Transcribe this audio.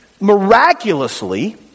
miraculously